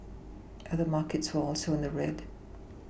other markets were also in the red